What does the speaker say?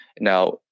Now